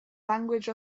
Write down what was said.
language